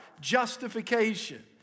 justification